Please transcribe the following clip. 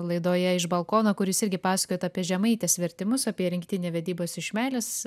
laidoje iš balkono kur jūs irgi pasakojot apie žemaitės vertimus apie rinktinį vedybos iš meilės